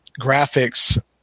graphics